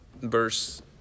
verse